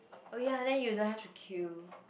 oh ya then you don't have to queue